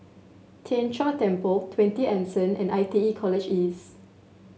Tien Chor Temple Twenty Anson and I T E College East